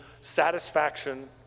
satisfaction